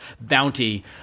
Bounty